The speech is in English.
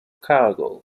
cargill